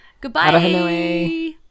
Goodbye